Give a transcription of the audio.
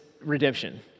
Redemption